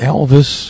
Elvis